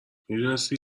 میدونستید